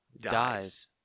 dies